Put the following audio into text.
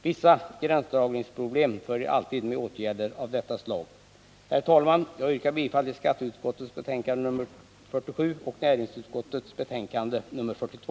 Vissa gränsdragningsproblem följer alltid med åtgärder av — gikostnader detta slag. Herr talman! Jag yrkar bifall till skatteutskottets hemställan i betänkande 47 och näringsutskottets hemställan i betänkande 42.